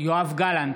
יואב גלנט,